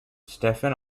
stephen